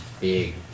big